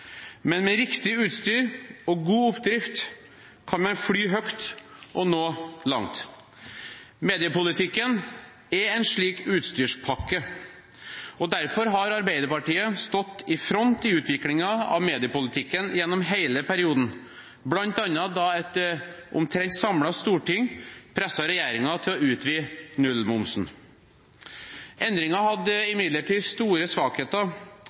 men med riktig utstyr og god oppdrift kan man fly høyt og nå langt. Mediepolitikken er en slik utstyrspakke. Derfor har Arbeiderpartiet stått i front i utviklingen av mediepolitikken gjennom hele perioden, bl.a. da et omtrent samlet storting presset regjeringen til å utvide nullmomsen. Endringene hadde imidlertid store svakheter